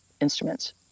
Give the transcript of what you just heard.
instruments